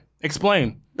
Explain